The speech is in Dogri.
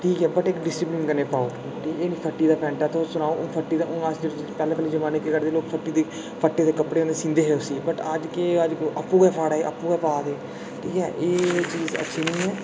ठीक ऐ बट डिसीपलिन कन्नै पाओ फट्टी दी पैंट तुस सनाओ ओह् फट्टी हून अस पैह्लै पैह्लै जमानै फट्टे दे कपड़े सींदे हे उसी बट अज्ज केह् ऐ अज्ज आपूं गै फाड़ा दे आपूं गै पा दे ठीक ऐ एह् चीज अच्छी निं ऐ